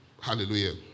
Hallelujah